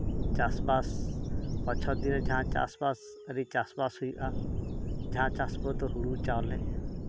ᱪᱟᱥᱼᱵᱟᱥ ᱵᱚᱪᱷᱚᱨ ᱫᱤᱱᱨᱮ ᱡᱟᱦᱟᱸ ᱪᱟᱥᱼᱵᱟᱥ ᱟᱹᱰᱤ ᱪᱟᱥᱼᱵᱟᱥ ᱦᱩᱭᱩᱜᱼᱟ ᱡᱟᱦᱟᱸ ᱪᱟᱥ ᱠᱚᱫᱚ ᱦᱩᱲᱩ ᱪᱟᱣᱞᱮ